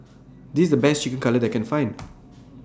This IS The Best Chicken Cutlet that I Can Find